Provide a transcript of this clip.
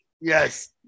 Yes